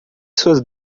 suas